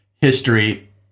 history